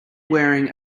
wearing